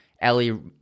Ellie